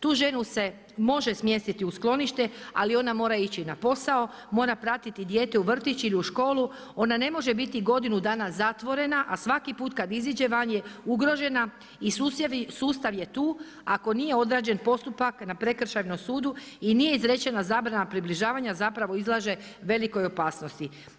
Tu ženu se može smjestiti u sklonište ali onda mora ići na posao, mora pratiti dijete u vrtić ili u školu, ona ne može biti godinu dana zatvorena a svaki put kad iziđe van je ugrožena i sustav je tu ako nije odrađen postupak na prekršajnom sudu i nije izrečena zabrana približavanja, zapravo izlaže velikoj opasnosti.